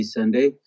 Sunday